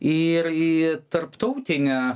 ir į tarptautinę